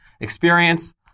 experience